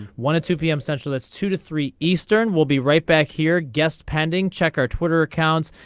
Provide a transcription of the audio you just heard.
wanted two pm central it's two to three eastern we'll be right back here guest pending check our twitter accounts.